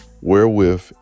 wherewith